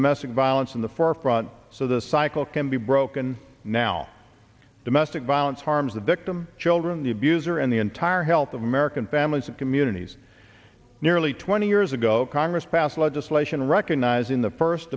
domestic violence in the forefront so the cycle can be broken now domestic violence harms the victim children the abuser and the entire health of american families and communities nearly twenty years ago congress passed legislation recognizing the first